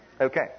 Okay